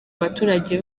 abaturage